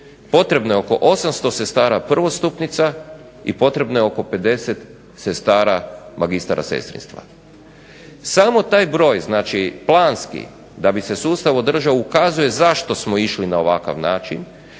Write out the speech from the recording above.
Potrebno je oko 800 sestara prvostupnica i potrebno je oko 50 sestara magistara sestrinstva. Samo taj broj, znači planski, da bi se sustav održao, ukazuje zašto smo išli na ovakav način